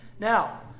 Now